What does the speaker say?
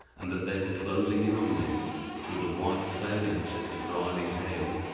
and that they were closing in on me through the white cloudiness of the driving hail.